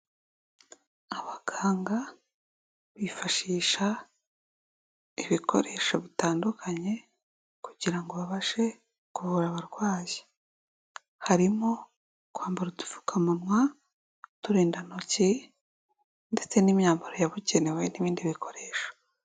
Abaganga bifashisha ibikoresho bitandukanye kugira ngo babashe kuvura abarwayi, harimo kwambara udupfukamunwa, uturindantoki ndetse n'imyambaro yabukenewe n'ibindi bikoresho.